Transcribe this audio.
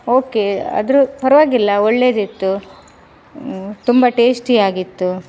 okay ಆದ್ರು ಪರವಾಗಿಲ್ಲ ಒಳ್ಳೇದಿತ್ತು ತುಂಬಾ ಟೇಸ್ಟಿ ಆಗಿತ್ತು